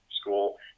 school